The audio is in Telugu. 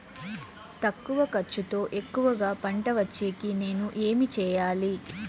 తక్కువ ఖర్చుతో ఎక్కువగా పంట వచ్చేకి నేను ఏమి చేయాలి?